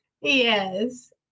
Yes